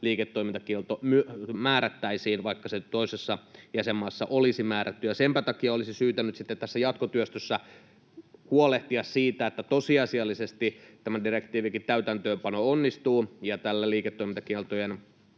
liiketoimintakielto määrättäisiin, vaikka se toisessa jäsenmaassa olisi määrätty. Senpä takia olisi syytä nyt sitten tässä jatkotyöstössä huolehtia siitä, että tosiasiallisesti tämän direktiivin täytäntöönpano onnistuu ja tällä liiketoimintakieltojen